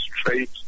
straight